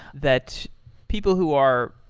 that people who are,